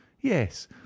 yes